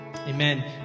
Amen